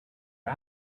are